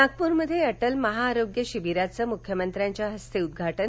नागप्रमध्ये अटल महा आरोग्य शिविराचं मुख्यमंत्र्यांच्या हस्ते उद्घाटन